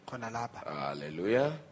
Hallelujah